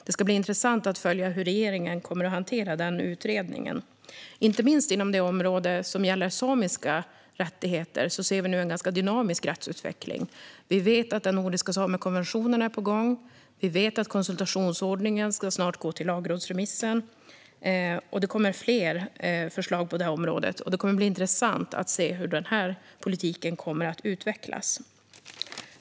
Det ska bli intressant att följa hur regeringen kommer att hantera den utredningen. Inte minst inom det område som gäller samiska rättigheter ser vi nu en ganska dynamisk rättsutveckling. Vi vet att den nordiska samekonventionen är på gång. Vi vet att det snart ska bli en lagrådsremiss om konsultationsordningen. Och det kommer fler förslag på det området. Det ska bli intressant att se hur den politiken kommer att utvecklas.